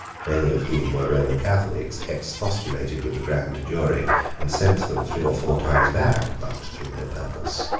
many of whom were roman catholics, expostulated with the grand jury and sent them three or four times back, but to no purpose.